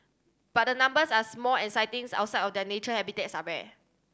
but the numbers are small and sightings outside of their natural habitats are rare